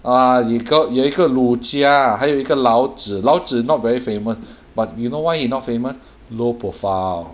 ah 有一个有一个陆家还有一个老子老子 not very famous but you know why you not famous low profile